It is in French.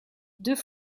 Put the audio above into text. deux